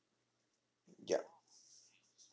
ya